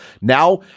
Now